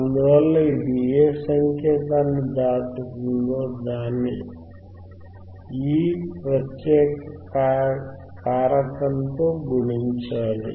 అందువల్ల ఇది ఏ సంకేతాన్ని దాటుతుందో దానిని ఈ ప్రత్యేక కారకంతో గుణించాలి